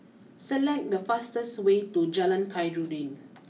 select the fastest way to Jalan Khairuddin